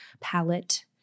palette